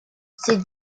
sit